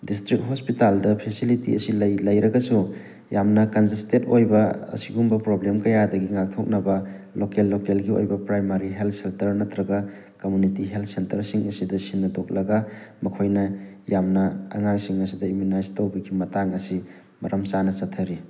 district ꯍꯣꯁꯄꯤꯇꯥꯜꯗ facility ꯑꯁꯤ ꯂꯩ ꯂꯩꯔꯒꯁꯨ ꯌꯥꯝꯅ ꯀꯟꯖꯁꯇꯦꯠ ꯑꯣꯏꯕ ꯑꯁꯤꯒꯨꯝꯕ ꯄ꯭ꯔꯣꯕ꯭ꯂꯦꯝ ꯀꯌꯥ ꯑꯃꯗꯒꯤ ꯉꯥꯛꯊꯣꯛꯅꯕ ꯂꯣꯀꯦꯜ ꯂꯣꯀꯦꯜꯒꯤ ꯑꯣꯏꯕ ꯄ꯭ꯔꯥꯏꯃꯥꯔꯤ ꯍꯦꯜꯠ ꯁꯦꯟꯇꯔ ꯅꯠꯇ꯭ꯔꯒ ꯀꯝꯃꯨꯅꯤꯇꯤ ꯍꯦꯜꯠ ꯁꯦꯟꯇꯔꯁꯤꯡ ꯑꯁꯤꯗ ꯁꯤꯟꯅꯊꯣꯛꯂꯒ ꯃꯈꯣꯏꯅ ꯌꯥꯝꯅ ꯑꯉꯥꯡꯁꯤꯡ ꯑꯁꯤꯗ ꯏꯝꯃꯨꯅꯥꯏꯁ ꯇꯧꯕꯒꯤ ꯃꯇꯥꯡ ꯑꯁꯤ ꯃꯔꯝ ꯆꯥꯅ ꯆꯊꯔꯤ